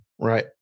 Right